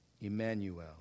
Emmanuel